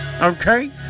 Okay